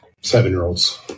seven-year-olds